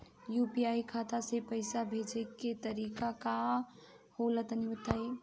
UPI खाता से पइसा भेजे के तरीका का होला तनि बताईं?